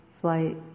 flight